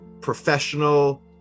professional